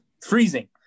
Freezing